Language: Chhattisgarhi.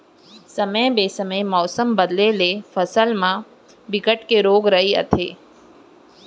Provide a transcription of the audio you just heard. समे बेसमय मउसम बदले ले फसल म बिकट के रोग राई आथे